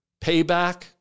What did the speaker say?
payback